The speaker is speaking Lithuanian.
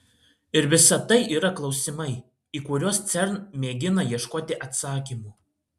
ir visa tai yra klausimai į kuriuos cern mėgina ieškoti atsakymų